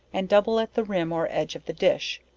and double at the rim or edge of the dish,